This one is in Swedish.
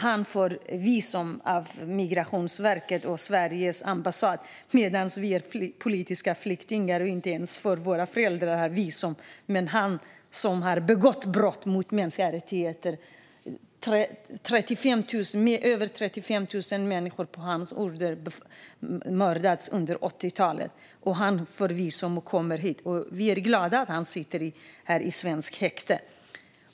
Han får visum av Migrationsverket och Sveriges ambassad medan vi som är politiska flyktingar inte ens får visum för våra föräldrar. De får inte visum, men han som har begått brott mot mänskliga rättigheter får det. Över 35 000 människor mördades på hans order på 80-talet, och han får visum och kommer hit. Vi är glada att han sitter i svenskt häkte.